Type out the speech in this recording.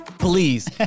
please